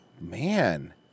man